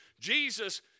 Jesus